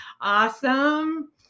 Awesome